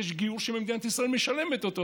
יש גיור שמדינת ישראל משלמת עליו.